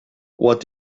what